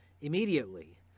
immediately